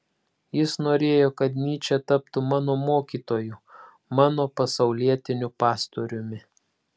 jis norėjo kad nyčė taptų mano mokytoju mano pasaulietiniu pastoriumi